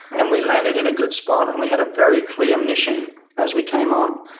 and we landed in a good spot and we had a very clear mission as we came on.